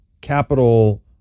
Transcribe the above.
capital